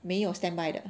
没有 standby 的